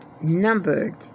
numbered